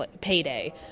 payday